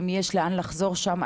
האם יש לאן לחזור שם,